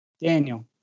Daniel